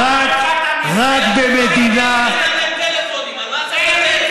אתם נותנים למחבלים פלאפונים, על מה אתה מדבר?